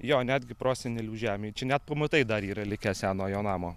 jo netgi prosenelių žemė čia net pamatai dar yra likę senojo namo